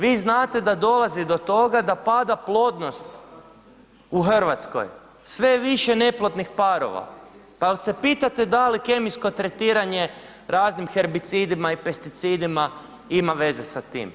Vi znate da dolazi do toga da pada plodnost u Hrvatskoj, sve više je neplodnih parova, pa jel se pitate da li kemijsko tretiranje raznim herbicidima i pesticidima ima veze sa tim?